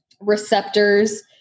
receptors